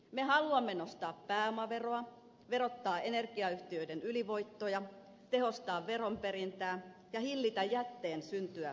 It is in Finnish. me haluamme nostaa pääomaveroa verottaa energiayhtiöiden ylivoittoja tehostaa veronperintää ja hillitä jätteen syntyä pakkausverolla